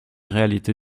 réalité